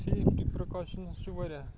safety precautions چھِ واریاہ